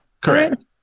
Correct